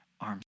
Arms